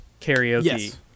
karaoke